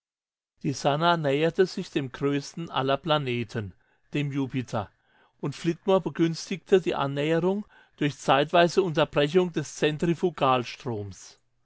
die sannah näherte sich dem größten aller planeten dem jupiter und flitmore begünstigte die annäherung durch zeitweise unterbrechung des